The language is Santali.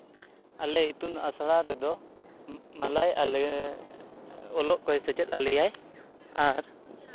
ᱟᱞᱮ ᱤᱛᱩᱱ ᱟᱥᱲᱟ ᱨᱮᱫᱚ ᱢᱚᱞᱚᱭ ᱟᱞᱮ ᱚᱞᱚᱜ ᱠᱚ ᱥᱮᱪᱮᱫ ᱟᱞᱮᱭᱟ ᱟᱨ